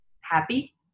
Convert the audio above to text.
happy